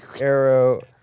arrow